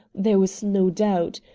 there was no doubt.